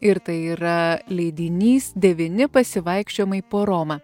ir tai yra leidinys devyni pasivaikščiojimai po romą